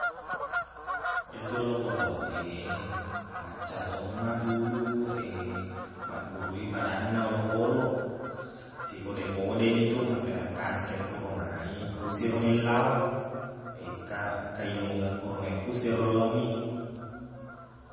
Iyatu olokkoloq e, macca tomma tudu maggurui padanna olokkoloq. Sikode-kodeni tu makkade kanre koro mai, kusiro meillao. Ka- kainungeng koro, mekkusiro lo minung.